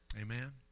Amen